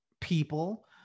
people